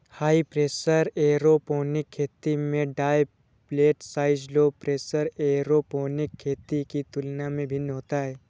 high pressure aeroponic खेती में droplet size low pressure aeroponic खेती के तुलना में भिन्न होता है